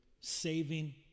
saving